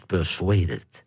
Persuaded